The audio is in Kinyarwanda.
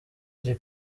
iri